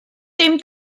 dim